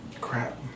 Crap